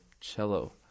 cello